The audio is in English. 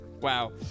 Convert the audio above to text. Wow